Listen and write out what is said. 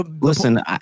listen